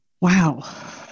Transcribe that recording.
wow